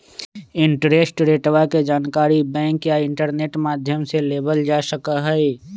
interest रेटवा के जानकारी बैंक या इंटरनेट माध्यम से लेबल जा सका हई